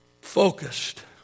focused